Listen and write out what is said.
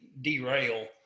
derail